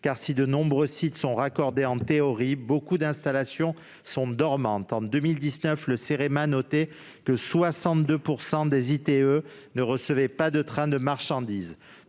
: de nombreux sites sont raccordés en théorie, mais beaucoup d'installations sont en réalité dormantes. En 2019, le Cerema notait que 62 % des ITE ne recevaient pas de trains de marchandises.